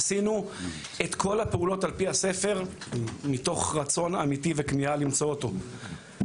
עשינו כל הפעולות על פי הספר מתוך רצון אמתי וכמיהה למצוא אותו.